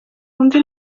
wumve